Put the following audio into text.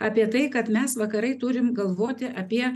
apie tai kad mes vakarai turim galvoti apie